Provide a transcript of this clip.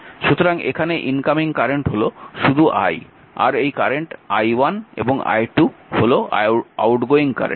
সুতরাং এখানে incoming current হল শুধু i আর এই কারেন্ট i1 এবং i2 হল আউটগোয়িং কারেন্ট